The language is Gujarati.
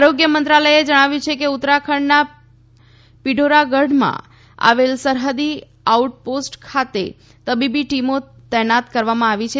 આરોગ્ય મંત્રાલયે જણાવ્યું છે કે ઉત્તરાખંડના પીઢોરાગઢમાં આવેલ સરહદી આઉટ પોસ્ટ ખાતે તબીબી ટીમો તૈયાન કરવામાં આવી છે